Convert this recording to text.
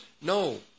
no